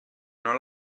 non